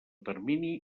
termini